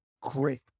great